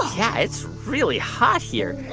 yeah, it's really hot here.